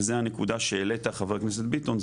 וזה הנקודה שהעלית ח"כ ביטון,